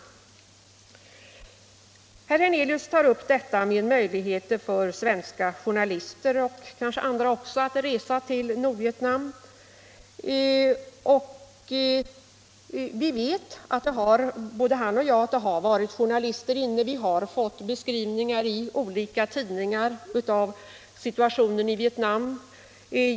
Vidare tog herr Hernelius också upp frågan om möjligheterna för svenska journalister — och kanske också andra — att resa till Nordvietnam. Men både han och jag vet att det har varit journalister på besök i landet, och av dem har vi i olika tidningar fått beskrivningar av situationen i Vietnam.